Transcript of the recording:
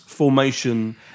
formation